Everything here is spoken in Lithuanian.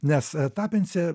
nes tapencija